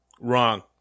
Wrong